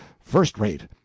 first-rate